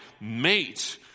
mate